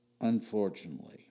Unfortunately